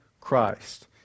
Christ